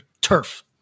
turf